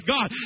God